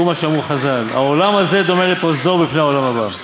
והוא מה שאמרו חז"ל: העולם הזה דומה לפרוזדור בפני העולם הבא.